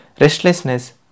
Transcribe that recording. restlessness